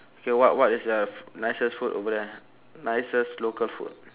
K what what is the f~ nicest food over there nicest local food